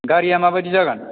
गारिया मा बायदि जागोन